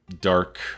dark